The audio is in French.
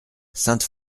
sainte